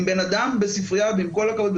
אם בנאדם בספריה ועם כל הכבוד,